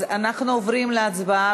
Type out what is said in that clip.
אז אנחנו עוברים להצבעה.